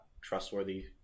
trustworthy